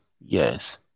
Yes